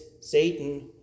satan